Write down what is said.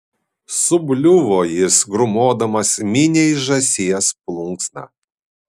subliuvo jis grūmodamas miniai žąsies plunksna